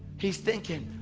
he's thinking,